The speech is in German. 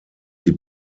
die